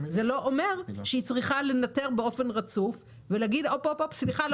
זה לא אומר שהוא צריך לנטר באופן רצוף ולהגיד: סליחה,